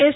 S